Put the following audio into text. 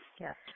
yes